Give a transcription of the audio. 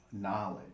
knowledge